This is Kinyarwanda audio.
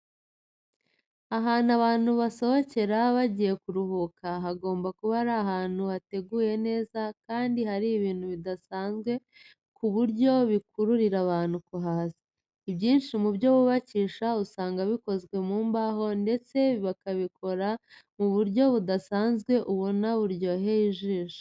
Ahantu abantu basohokera bagiye kuruhuka, hagomba kuba ari ahantu hateguye neza kandi hari ibintu bidasamzwe ku buryo bikururira abantu kuhaza. Ibyinshi mu byo bubakisha usanga bikozwe mu mbaho ndetse bakabikora mu buryo budasanzwe ubona ko buryoheye ijisho.